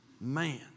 Man